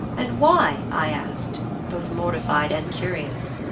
and why? i asked, both mortified and curious.